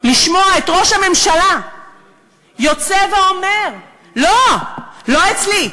לשמוע את ראש הממשלה יוצא ואומר: לא, לא אצלי,